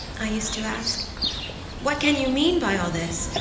i used to ask what can you mean by all this?